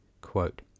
Quote